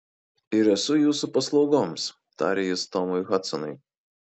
ir esu jūsų paslaugoms tarė jis tomui hadsonui